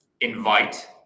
invite